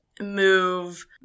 move